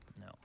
No